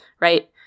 right